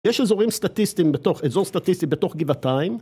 יש אזורים סטטיסטיים בתוך, אזור סטטיסטי בתוך גבעתיים